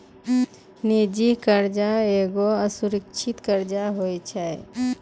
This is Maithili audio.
निजी कर्जा एगो असुरक्षित कर्जा होय छै